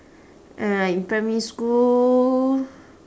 in primary school